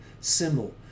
symbol